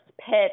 pitch